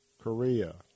Korea